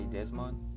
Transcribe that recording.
Desmond